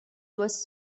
was